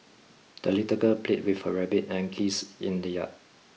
the little girl played with her rabbit and geese in the yard